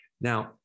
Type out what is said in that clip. Now